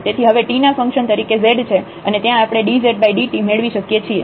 તેથી હવે t ના ફંક્શન તરીકે z છે અને ત્યાં આપણે dzdt મેળવી શકીએ છીએ